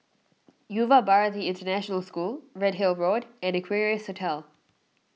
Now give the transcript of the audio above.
Yuva Bharati International School Redhill Road and Equarius Hotel